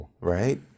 Right